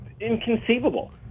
inconceivable